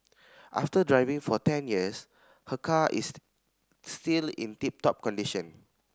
after driving for ten years her car is still in tip top condition